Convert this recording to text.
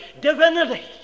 divinity